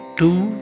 two